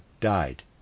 died